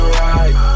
right